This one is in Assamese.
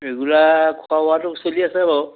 ৰেগুলাৰ খোৱা বোৱাটো চলি আছে বাৰু